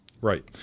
Right